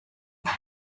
بیای